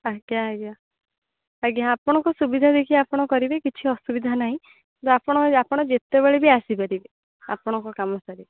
ଆଜ୍ଞା ଆଜ୍ଞା ଆଜ୍ଞା ଆପଣଙ୍କ ସୁବିଧା ଦେଖି ଆପଣ କରିବେ କିଛି ଅସୁବିଧା ନାହିଁ ଆପଣ ଆପଣ ଯେତେବେଳେ ବି ଆସିପାରିବେ ଆପଣଙ୍କ କାମ ସାରି